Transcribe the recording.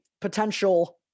potential